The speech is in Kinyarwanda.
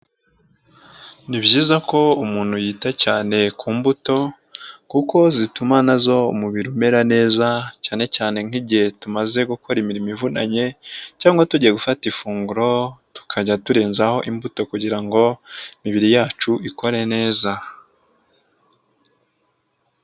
Ni byiza ko umuntu yita cyane ku mbuto kuko zituma nazo umubiri umera neza cyane cyane nk'igihe tumaze gukora imirimo ivunanye cyangwa tugiye gufata ifunguro tukajya turenzaho imbuto kugira ngo imibiri yacu ikore neza.